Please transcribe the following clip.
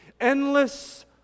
Endless